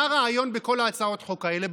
מה הרעיון בכל הצעות החוק האלה?